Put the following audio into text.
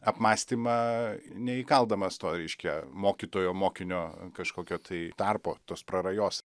apmąstymą neįkaldamas to reiškia mokytojo mokinio kažkokio tai tarpo tos prarajos